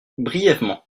brièvement